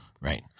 Right